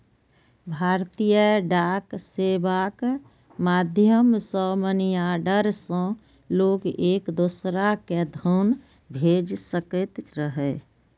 भारतीय डाक सेवाक माध्यम सं मनीऑर्डर सं लोग एक दोसरा कें धन भेज सकैत रहै